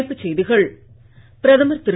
தலைப்புச்செய்திகள் பிரதமர் திரு